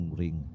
ring